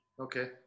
okay